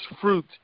fruit